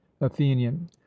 Athenian